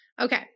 Okay